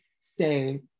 say